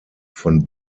von